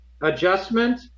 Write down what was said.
adjustment